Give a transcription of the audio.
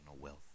wealth